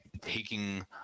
taking